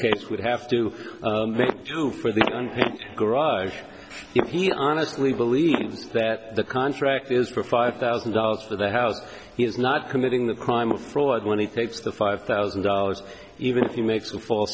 case would have to do for the garage if he honestly believes that the contract is for five thousand dollars for the house but he is not committing the crime of fraud when he takes the five thousand dollars even if he makes a f